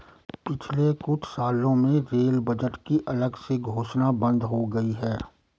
पिछले कुछ सालों में रेल बजट की अलग से घोषणा बंद हो गई है